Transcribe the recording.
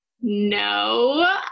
No